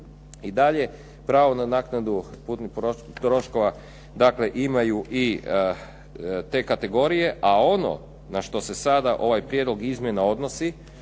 I dalje pravo na naknadu putnih troškova imaju i te kategorije, a ono na što se sada ovaj prijedlog izmjena odnosi,